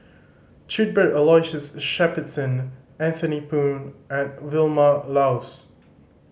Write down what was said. Cuthbert Aloysius Shepherdson Anthony Poon and Vilma Laus